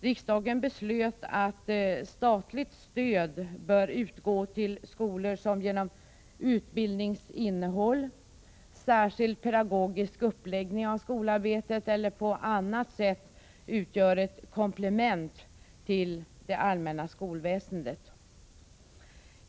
Riksdagen beslöt att statligt stöd skall utgå till skolor som genom utbildningsinnehåll, genom särskild pedagogisk uppläggning av skolarbetet eller på annat sätt utgör ett komplement till det allmänna skolväsendet.